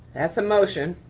that's a motion.